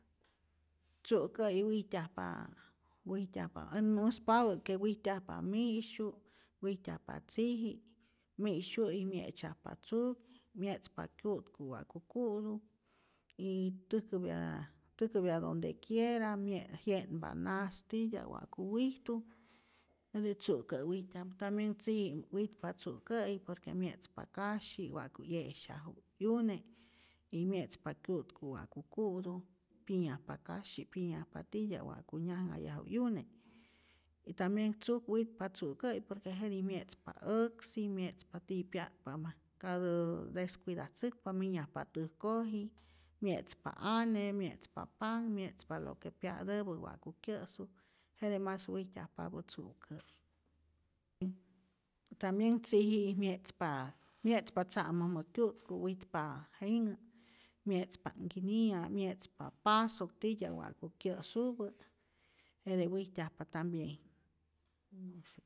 Tzu'käyi wijtyajpa wijtyajpa ät muspapä't ke wijtyajpa mi'syu, wijtyajpa tziji, mi'syu'i mye'tzyajpa tzuk, mye'tzpa kyu'ku wa'ku ku'tu y täjkäpya täjkäpya donde quiera, mye' jye'npa nas titya'p wa'ku wijtu, jete tzu'kä' wijtyajpa, tambien tziji witpa tzu'kä'yi por que mye'tzpa kasyi wa'ku 'yesyaju 'yune y mye'tzpa kyu'ku wa'ku ku'tu, pyinyajpa kasyi, pyinyajpa titya'p wa'ku nyajnhayaju 'yune, y tambien tzuk witpa tzu'kä'yi por que jetij mye'tzpa äksi mye'tzpa tiyä pya'tpa mas, katä descuidatzäkpa minyajpa täjkoji, mye'tzpa ane, mye'tzpa panh, mye'tzpa lo que pya'täpä wa'ku kyä'su, jete mas wijtyajpapä tzu'kä', tambien tziji' mye'tzpa mye'tzpa tza'mojmä kyu'tku, witpa jinhä, mye'tzpa nkiniya, mye'tzpa pasok titya'p wa'ku kyä'supä jete wijtyajpa tambien.